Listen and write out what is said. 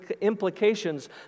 implications